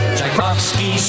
Tchaikovsky